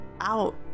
out